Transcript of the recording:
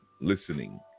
listening